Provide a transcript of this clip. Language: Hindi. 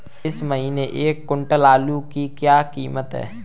इस महीने एक क्विंटल आलू की क्या कीमत है?